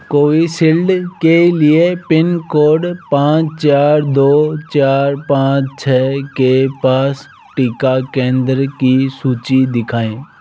Covishield के लिए pin code पाँच चार दो चार पाँच छ के पास टीका केंद्र की सूची दिखाएँ